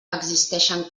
existeixen